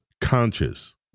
conscious